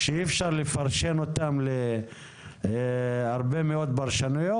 שאי אפשר לתת להם הרבה פרשנויות.